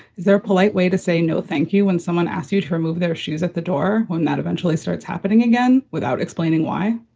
polite way to say no thank you. when someone asks you to remove their shoes at the door, when that eventually starts happening again without explaining why